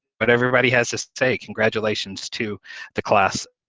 but everybody has to say congratulations to the class.